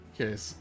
Okay